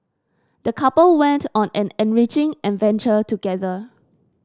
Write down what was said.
the couple went on an enriching adventure together